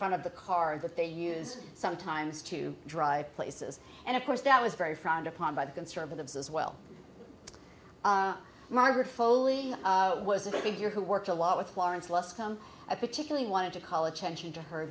front of the car that they used sometimes to dry places and of course that was very frowned upon by the conservatives as well margaret foley was a bit bigger who worked a lot with lawrence less come i particularly wanted to call attention to her